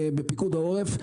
בפיקוד העורף,